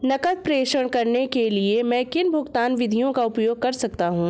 नकद प्रेषण करने के लिए मैं किन भुगतान विधियों का उपयोग कर सकता हूँ?